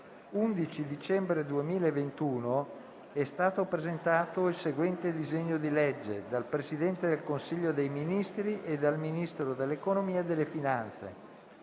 11 dicembre 2021 è stato presentato il seguente disegno di legge: *dal Presidente del Consiglio dei ministri e dal Ministro dell'economia e delle finanze*